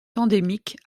endémique